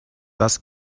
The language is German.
das